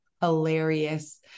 hilarious